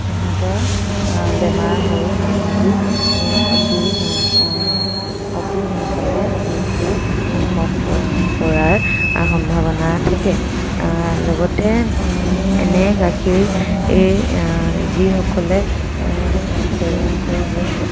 সিহঁতৰ বেমাৰ হৈ সিহঁতি অতি সোনকালে মৃত্যু মুখত পৰাৰ সম্ভাৱনা থাকে লগতে এনে গাখীৰ যিসকলে সেৱন কৰিব